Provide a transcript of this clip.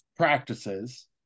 practices